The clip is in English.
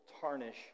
tarnish